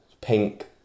pink